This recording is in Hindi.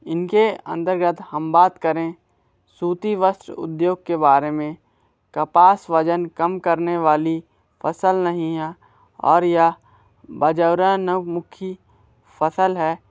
इनके अंतर्गत हम बात करें सूती वस्त्र उद्योग के बारे में कपास वज़न कम करने वाली फ़सल नहीं है और यह बाजरा नवमुखी फ़सल है